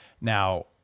Now